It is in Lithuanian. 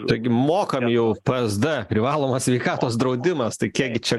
taigi mokam jau psd privalomą sveikatos draudimas tai kiekgi čia